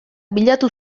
bilatu